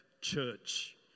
church